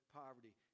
poverty